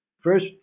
First